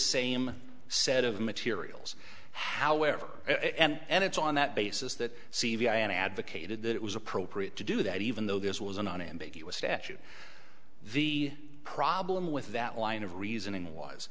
same set of materials however and it's on that basis that c v i advocated that it was appropriate to do that even though this was an ambiguous statute the problem with that line of reasoning was